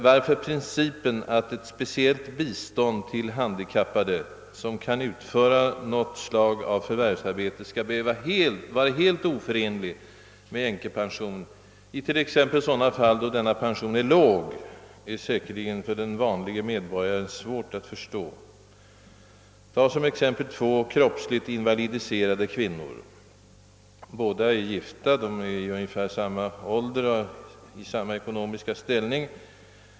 Varför ett speciellt bistånd till handikappade, som kan utföra något slag av förvärvsarbete, skall vara helt oförenligt med änkepension, t.ex. i sådana fall då denna pension är låg, är säkerligen för den vanlige medborgaren svårt att förstå. Tag som exempel två kroppsligt invalidiserade kvinnor. Båda är gifta, i ungefär samma ålder och i samma ekonomiska ställning.